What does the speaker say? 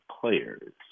players